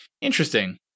Interesting